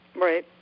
Right